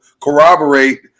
corroborate